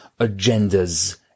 agendas